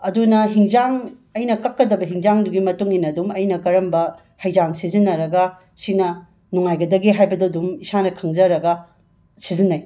ꯑꯗꯨꯅ ꯍꯤꯟꯖꯥꯡ ꯑꯩꯅ ꯀꯛꯀꯗꯕ ꯍꯤꯟꯖꯥꯡꯗꯨꯒꯤ ꯃꯇꯨꯡ ꯏꯟꯅ ꯑꯗꯨꯝ ꯑꯩꯅ ꯀꯔꯝꯕ ꯍꯩꯖꯥꯡ ꯁꯤꯖꯤꯟꯅꯔꯒ ꯁꯤꯅ ꯅꯨꯡꯉꯥꯏꯒꯗꯒꯦ ꯍꯥꯏꯕꯗꯣ ꯑꯗꯨꯝ ꯏꯁꯥꯅ ꯈꯪꯖꯔꯒ ꯁꯤꯖꯤꯟꯅꯩ